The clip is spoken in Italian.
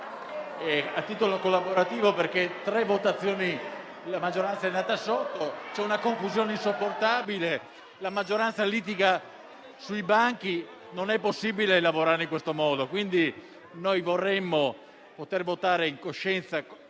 a titolo collaborativo, perché in tre votazioni la maggioranza è andata sotto, c'è una confusione insopportabile, la maggioranza litiga tra i banchi e non è possibile lavorare in questo modo. Quindi, vorremmo poter votare in coscienza,